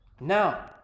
Now